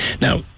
Now